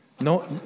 No